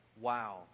Wow